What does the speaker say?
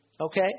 Okay